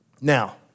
Now